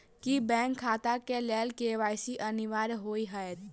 की bank खाता केँ लेल के.वाई.सी अनिवार्य होइ हएत?